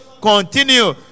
continue